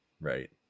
right